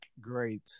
great